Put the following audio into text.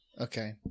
Okay